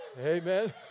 Amen